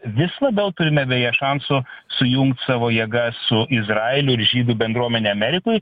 vis labiau turime beje šansų sujungt savo jėgas su izraelio ir žydų bendruomene amerikoj